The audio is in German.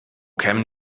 kämen